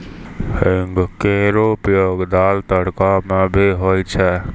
हींग केरो उपयोग दाल, तड़का म भी होय छै